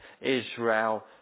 Israel